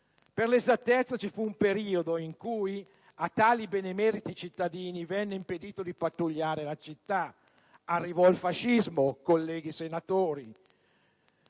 Per l'esattezza, vi fu un periodo in cui a tali benemeriti cittadini venne impedito di pattugliare la città: arrivò il fascismo, colleghi senatori,